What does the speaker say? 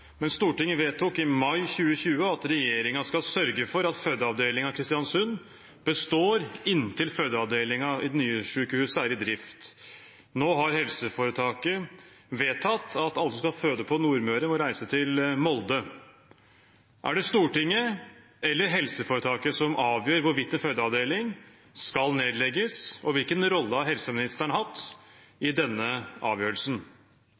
består inntil fødeavdelingen ved det nye sykehuset er i drift. Nå har helseforetaket vedtatt at alle som skal føde på Nordmøre, må reise til Molde. Er det Stortinget eller helseforetaket som avgjør hvorvidt en fødeavdeling skal nedlegges, og hvilken rolle har helseministeren hatt i denne avgjørelsen?»